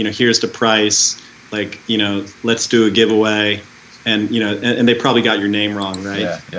and here is the price like you know let's do a give away and you know and they probably got your name wrong, right yeah,